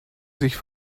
sich